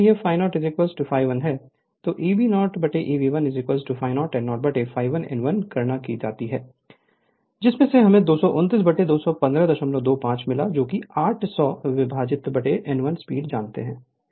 अगर यह ∅0 ∅1 है तो Eb0 Eb1 ∅0 n0 ∅1 n1 गणना की है जिसमें 22921525 800 विभाजित n1 स्पीड जानते हैं